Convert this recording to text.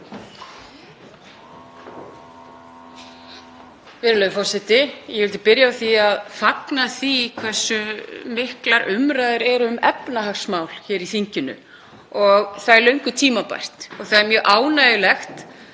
Hæstv. forseti. Ég vil byrja á að fagna því hversu miklar umræður eru um efnahagsmál hér í þinginu. Það er löngu tímabært og það er mjög ánægjulegt